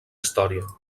història